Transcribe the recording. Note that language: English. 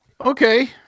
Okay